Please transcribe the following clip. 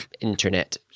internet